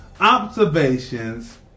Observations